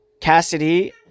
Cassidy